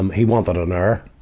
um he wanted an heir,